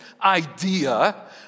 idea